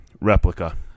replica